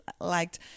liked